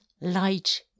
light